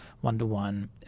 one-to-one